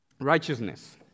righteousness